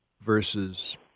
versus